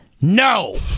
no